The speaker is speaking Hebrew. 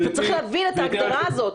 אתה צריך להבין את ההגדרה הזאת.